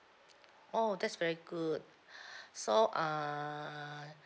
oh that's very good so err